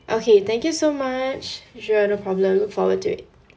okay thank you so much sure no problem look forward to it